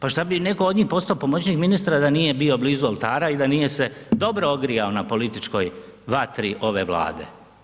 Pa šta bi netko od njih postao pomoćnik ministra da nije bio blizu oltara i da nije se dobro ogrijao na političkoj vatri ove Vlade.